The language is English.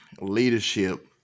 leadership